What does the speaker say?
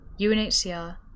unhcr